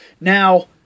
Now